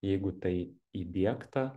jeigu tai įdiegta